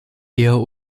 eher